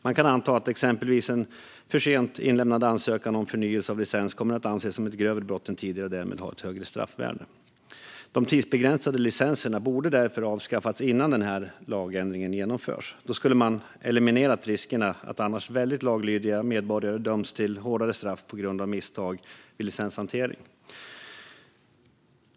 Man kan anta att exempelvis en för sent inlämnad ansökan om förnyelse av licens kommer att anses som ett grövre brott än tidigare och därmed ha ett högre straffvärde. De tidsbegränsade licenserna borde därför avskaffas innan den här lagändringen genomförs. Då skulle man eliminera riskerna att annars väldigt laglydiga medborgare döms till hårdare straff på grund av misstag vid licenshantering.